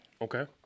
Okay